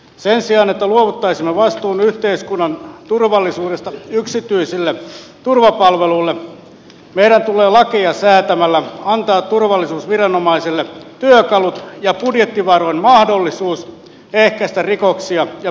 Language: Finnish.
sen sijaan että luovuttaisimme vastuun yhteiskunnan turvallisuudesta yksityisille turvapalveluille meidän tulee lakeja säätämällä antaa turvallisuusviranomaisille työkalut ja budjettivaroin mahdollisuus ehkäistä rikoksia ja perhetragedioita